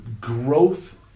growth